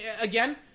Again